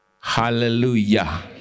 Hallelujah